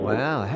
Wow